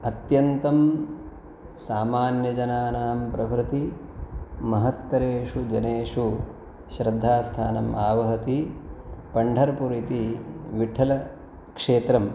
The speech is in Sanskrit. अत्यन्तं सामान्यजनानां प्रभृति महत्तरेषु जनेषु श्रद्धास्थानम् आवहति पण्ढर्पुर् इति विठ्ठलक्षेत्रम्